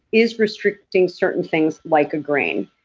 is restricting certain things like a grain.